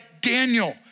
Daniel